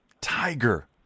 Tiger